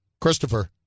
Christopher